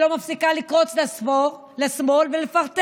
שלא מפסיקה לקרוץ לשמאל ולפלרטט